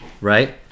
Right